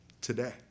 today